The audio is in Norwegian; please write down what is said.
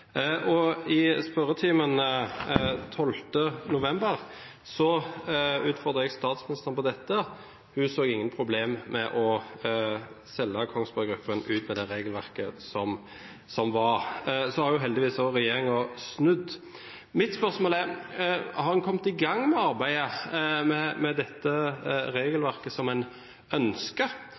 I spørretimen 12. november utfordret jeg statsministeren på dette. Hun så ingen problemer med å selge Kongsberg Gruppen ut med det regelverket som var. Så har heldigvis også regjeringen snudd. Mitt spørsmål er: Har en kommet i gang med arbeidet med dette regelverket som en ønsker? Og med tanke på at dette